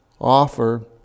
offer